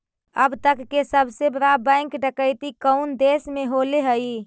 अब तक के सबसे बड़ा बैंक डकैती कउन देश में होले हइ?